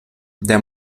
der